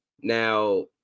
Now